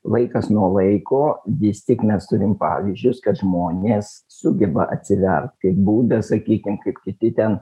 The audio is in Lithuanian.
laikas nuo laiko vistyk mes turim pavyzdžius kad žmonės sugeba atsivert kaip būdą sakykim kaip kiti ten